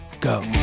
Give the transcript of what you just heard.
Go